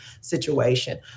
situation